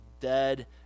dead